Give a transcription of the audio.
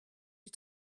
you